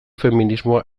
feminismoa